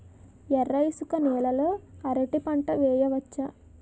ఎర్ర ఇసుక నేల లో అరటి పంట వెయ్యచ్చా?